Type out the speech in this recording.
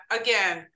again